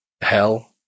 hell